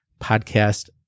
Podcast